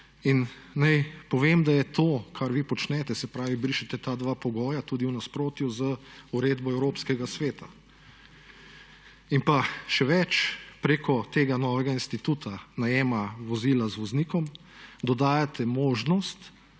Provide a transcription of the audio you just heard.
naj povem, da je to, kar vi počnete, se pravi brišete ta dva pogoja, tudi v nasprotju z uredbo evropskega sveta in pa še več, preko tega novega instituta najema vozila z voznikom dodajate možnost,